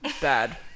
bad